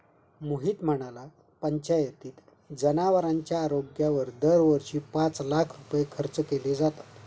मोहित म्हणाला, पंचायतीत जनावरांच्या आरोग्यावर दरवर्षी पाच लाख रुपये खर्च केले जातात